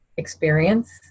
experience